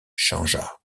changea